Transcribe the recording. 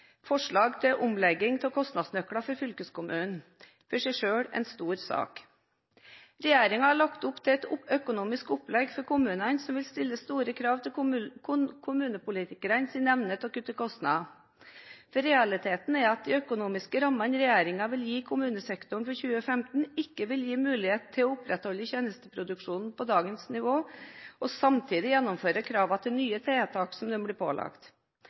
forslag til omlegging av kostnadsnøkler for fylkeskommunene – en stor sak i seg selv. Regjeringen har lagt opp til et økonomisk opplegg for kommunene som vil stille store krav til kommunepolitikernes evne til å kutte kostnader. Realiteten er at de økonomiske rammene regjeringen vil gi kommunesektoren for 2015, ikke vil gi mulighet til å opprettholde tjenesteproduksjonen på dagens nivå og samtidig gjennomføre kravene til nye tiltak som blir pålagt.